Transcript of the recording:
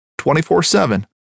24-7